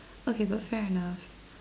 okay but fair enough